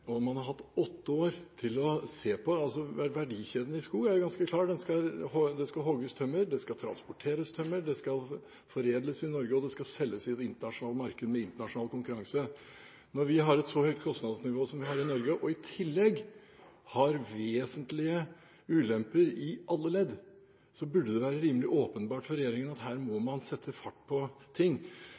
og mørke, og man har hatt åtte år til å se på det. Verdikjeden i skog er jo ganske klar – det skal hogges tømmer, det skal transporteres tømmer, det skal foredles i Norge, og det skal selges i det internasjonale marked med internasjonal konkurranse. Når vi har et så høyt kostnadsnivå som vi har i Norge, og i tillegg har vesentlige ulemper i alle ledd, burde det være rimelig åpenbart for regjeringen at her må man sette fart på ting.